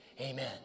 Amen